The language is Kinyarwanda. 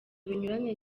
binyuranye